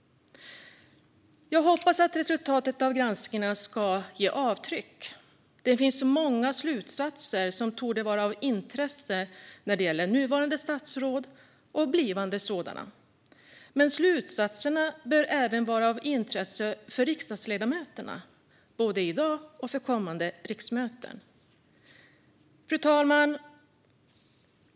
Jag hoppas att resultatet av granskningarna ska ge avtryck. Det finns många slutsatser som torde vara av intresse när det gäller nuvarande statsråd och blivande sådana. Men slutsatserna bör även vara av intresse för riksdagsledamöterna, både i dag och under kommande riksmöten. Fru talman!